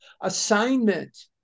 assignment